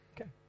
Okay